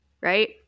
right